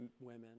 women